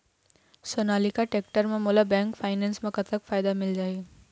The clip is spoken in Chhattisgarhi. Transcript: सोनालिका टेक्टर म मोला बैंक फाइनेंस म कतक फायदा मिल जाही?